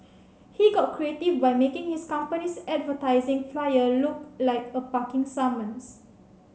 he got creative by making his company's advertising flyer look like a parking summons